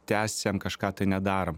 tęsiam kažką tai nedarom